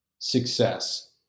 success